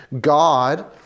God